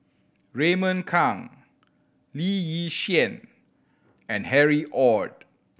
Raymond Kang Lee Yi Shyan and Harry Ord